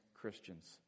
christians